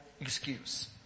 excuse